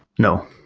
no.